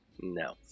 No